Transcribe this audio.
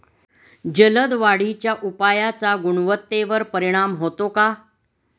जलद वाढीच्या उपायाचा गुणवत्तेवर परिणाम होतो का?